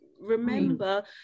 remember